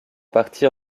partie